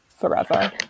forever